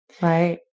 Right